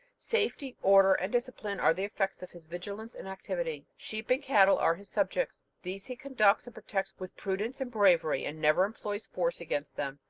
safety, order, and discipline are the effects of his vigilance and activity. sheep and cattle are his subjects. these he conducts and protects with prudence and bravery, and never employs force against them,